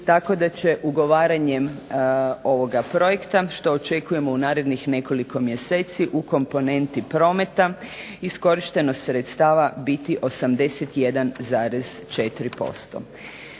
tako da će ugovaranjem ovoga projekta, što očekujemo u narednih nekoliko mjeseci, u komponenti prometa iskorištenost sredstava biti 81,4%.